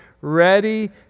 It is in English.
ready